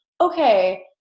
okay